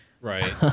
Right